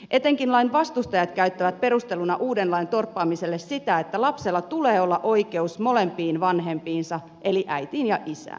etenkin lain vastustajat käyttävät perusteluna uuden lain torppaamiselle sitä että lapsella tulee olla oikeus molempiin vanhempiinsa eli äitiin ja isään